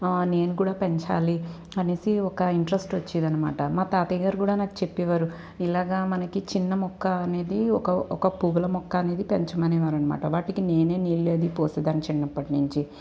నేను కూడా పెంచాలి అనేసి ఒక ఇంట్రెస్ట్ వచ్చేది అనమాట మా తాతయ్య గారు కూడా నాకు చెప్పేవారు ఇలాగ మనకి చిన్న మొక్క అనేది ఒక ఒక పువ్వుల మొక్క అనేది పెంచమనేవారు అనమాట వాటికి నేను నీళ్ళు అది పోసేదాన్ని చిన్నప్పటినుంచి